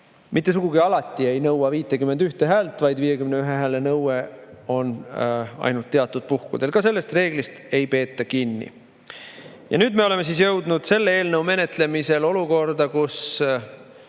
mitte sugugi alati ei nõua 51 häält, vaid 51 hääle nõue on ainult teatud puhkudel. Ka sellest reeglist ei peeta kinni. Nüüd me oleme jõudnud selle eelnõu menetlemisel olukorda, kus